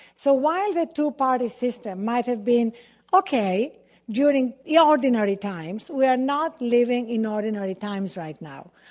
so while the two-party system might have been okay during the ordinary times, we're not living in ordinary times right now.